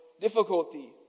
difficulty